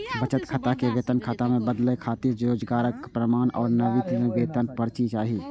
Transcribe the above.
बचत खाता कें वेतन खाता मे बदलै खातिर रोजगारक प्रमाण आ नवीनतम वेतन पर्ची चाही